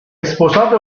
sposato